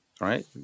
right